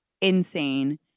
insane